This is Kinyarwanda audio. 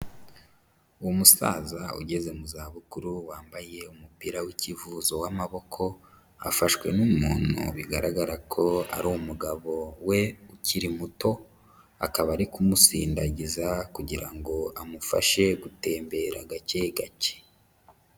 Umusaza ugeze mu zabukuru wambaye umupira w'ikivuzo w'amaboko, afashwe n'umuntu bigaragara ko ari umugabo we ukiri muto, akaba ari kumusindagiza kugira ngo amufashe gutembera gake gake.